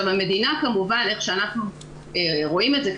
המדינה כמובן איך שאנחנו רואים את זה,